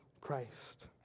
Christ